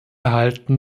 halten